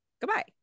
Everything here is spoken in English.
goodbye